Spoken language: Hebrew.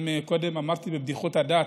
קודם דיברתי בבדיחות הדעת,